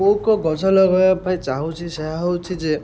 କେଉଁ କେଉଁ ଗଛ ଲଗାଇବା ପାଇଁ ଚାହୁଁଛି ସେଇୟା ହେଉଛି ଯେ